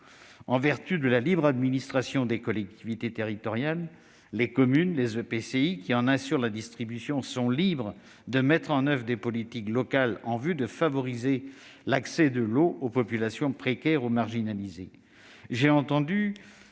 En vertu de la libre administration des collectivités territoriales, les communes et EPCI qui en assurent la distribution sont libres de mettre en oeuvre des politiques locales en vue de favoriser l'accès de l'eau aux populations précaires ou marginalisées.